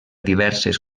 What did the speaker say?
diverses